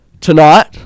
tonight